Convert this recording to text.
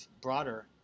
broader